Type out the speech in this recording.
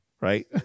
right